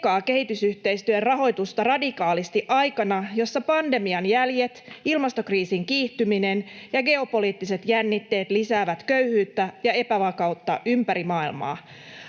kehitysyhteistyön rahoitusta radikaalisti aikana, jossa pandemian jäljet, ilmastokriisin kiihtyminen ja geopoliittiset jännitteet lisäävät köyhyyttä ja epävakautta ympäri maailmaa.